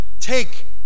take